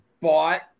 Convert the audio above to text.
bought